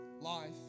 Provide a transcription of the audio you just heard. life